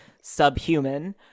subhuman